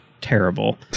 terrible